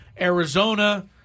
Arizona